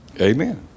Amen